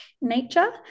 nature